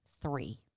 three